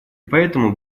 поэтому